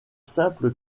simple